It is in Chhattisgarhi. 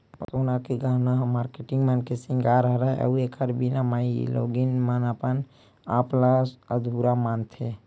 सोना के गहना ह मारकेटिंग मन के सिंगार हरय अउ एखर बिना माइलोगिन मन अपन आप ल अधुरा मानथे